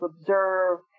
observe